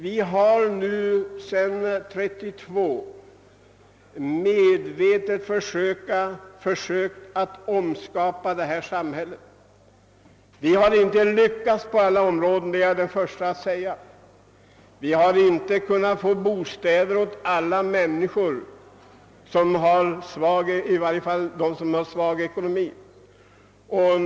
Vi har sedan 1932 försökt omskapa det här samhället. Vi har inte lyckats på alla områden; det är jag den förste att erkänna. Vi har t.ex. inte kunnat skaffa bostäder åt alla människor, i varje fall inte åt dem som har en svag ekonomi.